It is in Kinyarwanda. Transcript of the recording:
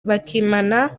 bakimara